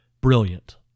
brilliant